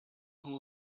who